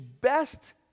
best